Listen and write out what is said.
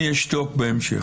אני אשתוק בהמשך.